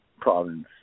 province